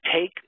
take